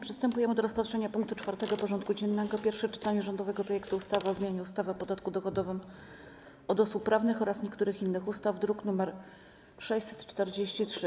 Przystępujemy do rozpatrzenia punktu 4. porządku dziennego: Pierwsze czytanie rządowego projektu ustawy o zmianie ustawy o podatku dochodowym od osób prawnych oraz niektórych innych ustaw (druk nr 643)